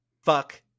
Fuck